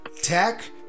Tech